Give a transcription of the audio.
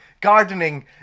gardening